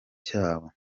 cyabo